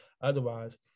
Otherwise